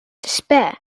despair